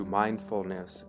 mindfulness